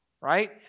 Right